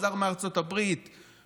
חזר מארצות הברית,